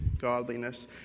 godliness